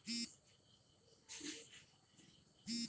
मुर्गा पोसब, माछ पोसब आ कंपोस्ट बनाएब सनक काज एग्री बेपार मे अबै छै